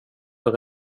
för